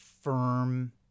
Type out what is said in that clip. firm